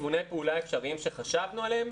כיווני פעולה אפשריים שחשבנו עליהם: